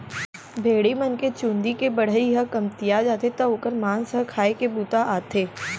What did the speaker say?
भेड़ी मन के चूंदी के बढ़ई ह कमतिया जाथे त ओकर मांस ह खाए के बूता आथे